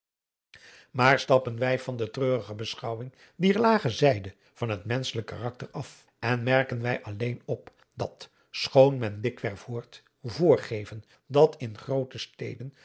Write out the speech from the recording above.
maar stappen wij van de treurige beschouwing dier lage zijde van het menschelijk karakter af en merken wij alleen op dat schoon men dikwerf hoort voorgeven dat in groote steden